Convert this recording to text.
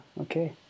okay